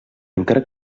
encara